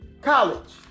college